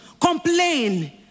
complain